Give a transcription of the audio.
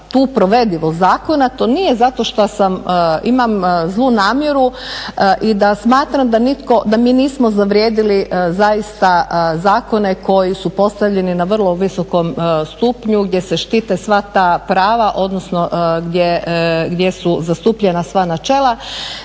to nije zato što imam zlu namjeru i da smatram da mi nismo zavrijedili zakone koji su postavljeni na vrlo visokom stupnju gdje se štite sva ta prava odnosno gdje su zastupljena sva načela